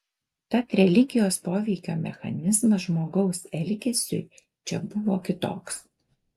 tad religijos poveikio mechanizmas žmogaus elgesiui čia buvo kitoks